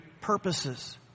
purposes